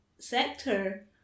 sector